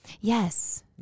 Yes